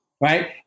right